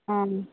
অ'